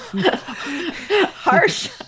Harsh